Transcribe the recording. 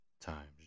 times